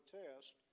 test